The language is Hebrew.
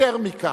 יותר מכך,